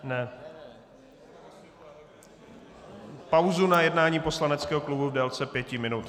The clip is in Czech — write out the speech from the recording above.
Ne, pauzu na jednání poslaneckého klubu v délce pěti minut.